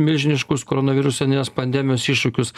milžiniškus koronavirusinės pandemijos iššūkius